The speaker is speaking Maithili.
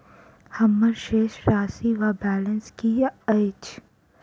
हम्मर शेष राशि वा बैलेंस की अछि?